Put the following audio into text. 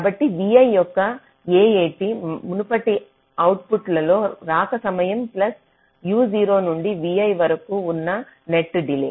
కాబట్టి vi యొక్క AAT మునుపటి అవుట్పుట్లో రాక సమయం ప్లస్ uo నుండి vi వరకు ఉన్న నెట్ డిలే